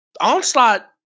Onslaught